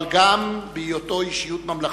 אבל גם בהיותו אישיות ממלכתית.